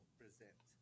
present